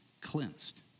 cleansed